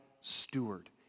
steward